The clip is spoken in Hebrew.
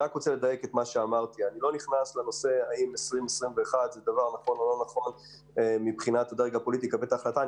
איני נכנס לשאלה האם נכון לעצב תקציב דו-שנתי,